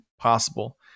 possible